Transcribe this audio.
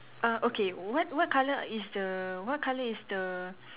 uh okay what what colour is the what colour is the